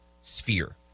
sphere